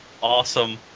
Awesome